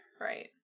Right